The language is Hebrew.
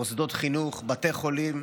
מוסדות חינוך, בתי חולים,